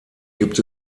gibt